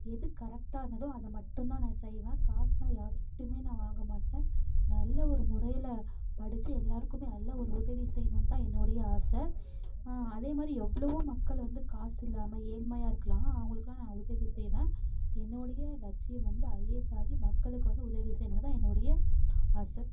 எது கரெக்டானதோ அதை மட்டும் தான் நான் செய்வேன் காசைலாம் யார்கிட்டேயுமே நான் வாங்க மாட்டேன் நல்ல ஒரு முறையில் படிச்சு எல்லாேருக்குமே நல்ல ஒரு உதவி செய்யணுன் தான் என்னுடைய ஆசை அதே மாதிரி எவ்வளோவோ மக்கள் வந்து காசு இல்லாமல் ஏழ்மையாக இருக்கலாம் அவங்களுக்கு நான் உதவி செய்வேன் என்னுடைய லட்சியம் வந்து ஐஏஎஸ் ஆகி மக்களுக்கு வந்து உதவி செய்யணுனு தான் என்னுடைய ஆசை